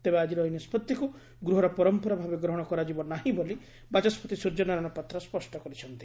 ତେବେ ଆଜିର ଏହି ନିଷ୍ବଭିକ୍ ଗୃହର ପରମ୍ପରା ଭାବେ ଗ୍ରହଣ କରାଯିବ ନାହିଁ ବୋଲି ବାଚ ନାରାୟଶ ପାତ୍ର ସ୍ୱଷ୍ଟ କରିଛନ୍ତି